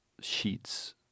sheets